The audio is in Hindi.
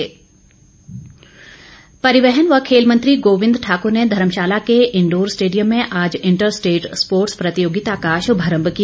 गोबिंद परिवहन व खेल मंत्री गोबिंद ठाकुर ने धर्मशाला के इनडोर स्टेडियम में आज इंटर स्टेट स्पोर्टस प्रतियोगिता का शुभारंभ किया